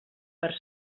per